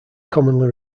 commonly